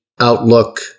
outlook